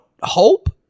hope